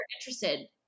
interested